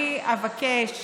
אני אבקש